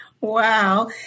Wow